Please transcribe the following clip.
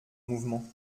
mouvement